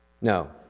No